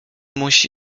musi